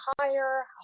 higher